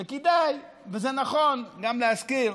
וכדאי, וזה נכון גם להזכיר